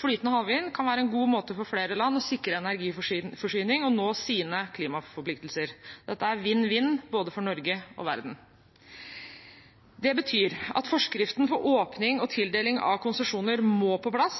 Flytende havvind kan være en god måte for flere land å sikre energiforsyning og nå sine klimaforpliktelser på. Dette er vinn-vinn for både Norge og verden. Det betyr at forskriften for åpning og tildeling av konsesjoner må på plass.